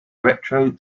retro